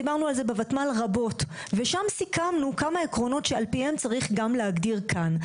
דיברנו על זה רבות וסיכמנו כמה עקרונות שעל פיהם צריך גם להגדיר כאן.